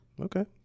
Okay